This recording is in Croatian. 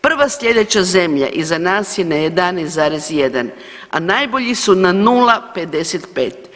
Prva slijedeća zemlja iza nas je na 11,1, a najbolji su na 0,55.